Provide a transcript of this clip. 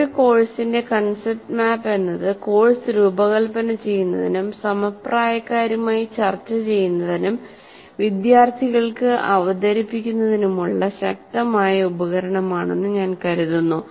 ഒരു കോഴ്സിന്റെ concept map എന്നത് കോഴ്സ് രൂപകൽപ്പന ചെയ്യുന്നതിനും സമപ്രായക്കാരുമായി ചർച്ച ചെയ്യുന്നതിനും വിദ്യാർത്ഥികൾക്ക് അവതരിപ്പിക്കുന്നതിനുമുള്ള ശക്തമായ ഉപകരണമാണെന്ന് ഞാൻ കരുതുന്നു